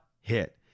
hit